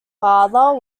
father